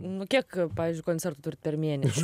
nu kiek pavyzdžiui koncertų turit per mėnesį